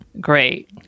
Great